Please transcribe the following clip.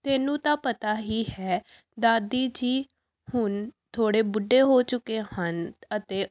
ਤੈਨੂੰ ਤਾਂ ਪਤਾ ਹੀ ਹੈ ਦਾਦੀ ਜੀ ਹੁਣ ਥੋੜ੍ਹੇ ਬੁੱਢੇ ਹੋ ਚੁੱਕੇ ਹਨ ਅਤੇ